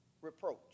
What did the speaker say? reproach